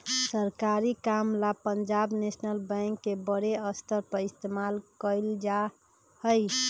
सरकारी काम ला पंजाब नैशनल बैंक के बडे स्तर पर इस्तेमाल कइल जा हई